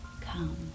come